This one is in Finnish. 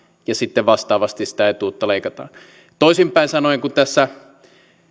ja sitten vastaavasti sitä etuutta leikataan toisinpäin sanoen kun tässä